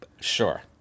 sure